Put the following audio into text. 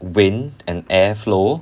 wind and air flow